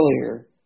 earlier